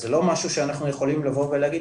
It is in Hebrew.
אז זה לא משהו שאנחנו ויכולים לבוא ולהגיד,